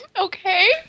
okay